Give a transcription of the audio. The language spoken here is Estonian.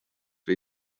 või